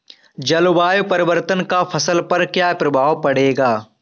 जलवायु परिवर्तन का फसल पर क्या प्रभाव पड़ेगा?